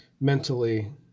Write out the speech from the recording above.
mentally